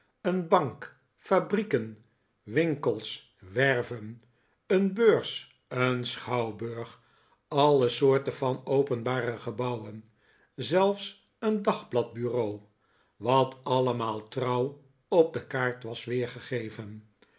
een bank fabrieken winkels werven een beurs een schouwburg alle soorten van openbare gebouwen zelfs een dagbladbureau wat allemaal trouw op de kaart was